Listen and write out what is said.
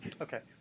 Okay